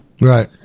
Right